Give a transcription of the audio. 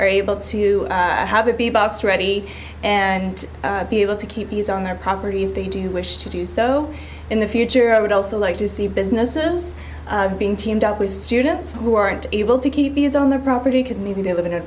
are able to have it be box ready and be able to keep bees on their property if they do wish to do so in the future i would also like to see businesses being teamed up with students who aren't able to keep bees on their property because maybe they have an a